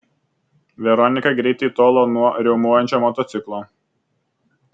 veronika greitai tolo nuo riaumojančio motociklo